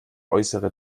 äußere